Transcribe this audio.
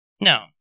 No